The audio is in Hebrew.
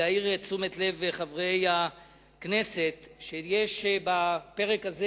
להעיר את תשומת לב חברי הכנסת שיש בפרק הזה